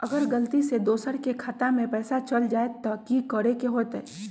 अगर गलती से दोसर के खाता में पैसा चल जताय त की करे के होतय?